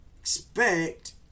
expect